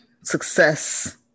success